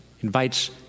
invites